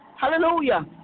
Hallelujah